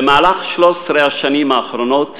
ב-13 השנים האחרונות